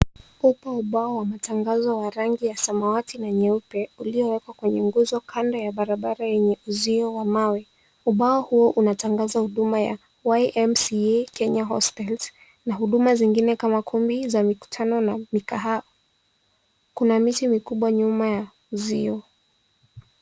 Upo ubao wa matangazo wa rangi ya samawati na nyeupe uliowekwa kwenye nguzo kando ya barabara yenye uzio wa mawe ubao huo unatangaza huduma ya ymca kenya hostels na huduma zingine kama kumi za mikutano na mikahawa kuna miti mikubwa nyuma ya uzio.